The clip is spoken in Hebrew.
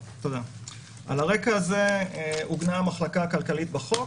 על רקע זה עוגנה המחלקה הכלכלית בחוק,